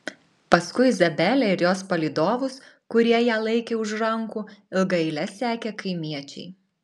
paskui izabelę ir jos palydovus kurie ją laikė už rankų ilga eile sekė kaimiečiai